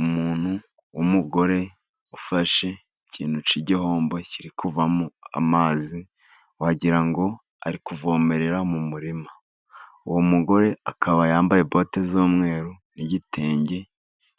Umuntu w'umugore ufashe ikintu cy'igihombo kiri kuvamo amazi, wagira ngo ari kuvomerera mu murima, uwo mugore akaba yambaye bote z'umweru n'igitenge